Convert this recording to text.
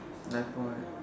life buoy